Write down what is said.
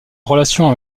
relation